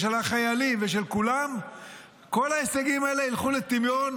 של החיילים ושל כולם, כל ההישגים האלה ירדו לטמיון